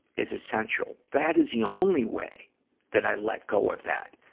is essential. that is the only way that i let go of that.